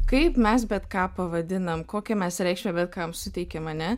kaip mes bet ką pavadinam kokią mes reikšmę bet kam suteikiam ane